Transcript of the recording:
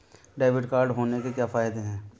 Debit card होने के क्या फायदे हैं?